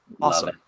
Awesome